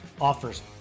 offers